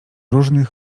różnych